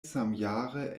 samjare